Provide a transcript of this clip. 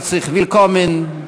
Herzlich Willkommen.